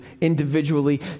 individually